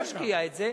אתה משקיע את זה,